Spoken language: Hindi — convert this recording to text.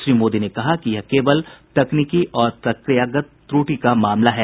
श्री मोदी ने कहा कि यह केवल तकनीकी और प्रक्रियागत त्रुटि का मामला है